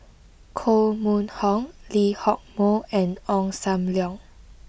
Koh Mun Hong Lee Hock Moh and Ong Sam Leong